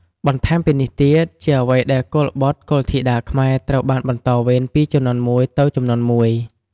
ទន្ទឹមពីនេះទៀត ជាអ្ចីដែលកុលបុត្រកុលធីតាខ្មែរត្រូវបានបន្តវេនពីជំនាន់មួយទៅជំនាន់មួយ។